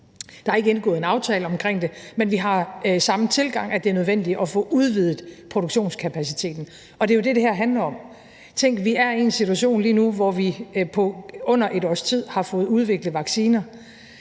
Der er ikke indgået en aftale omkring det, men vi har samme tilgang, nemlig at det er nødvendigt at få udvidet produktionskapaciteten. Det er jo det, det handler om. Tænk, vi er i en situation lige nu, hvor vi på under et års tid har fået udviklet vacciner.